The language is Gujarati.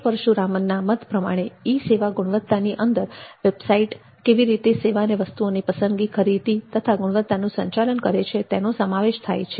પરશુરામનના મત પ્રમાણે ઈ સેવા ગુણવત્તાની અંદર વેબસાઈટ કેવી રીતે સેવા અને વસ્તુઓની પસંદગી ખરીદી તથા ગુણવત્તાનું સંચાલન કરે છે તેનો સમાવેશ કરવામાં આવેલ છે